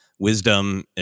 wisdom